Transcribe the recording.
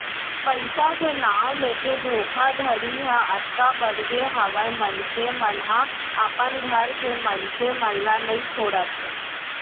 पइसा के नांव लेके धोखाघड़ी ह अतका बड़गे हावय मनसे मन ह अपन घर के मनसे मन ल नइ छोड़त हे